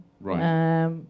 Right